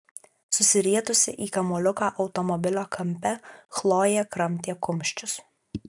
susirietusi į kamuoliuką automobilio kampe chlojė kramtė kumščius